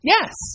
Yes